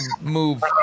move